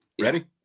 Ready